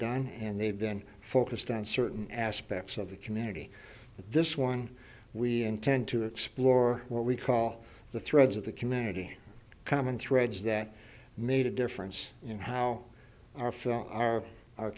done and they've been focused on certain aspects of the community but this one we intend to explore what we call the threads of the community common threads that made a difference in how our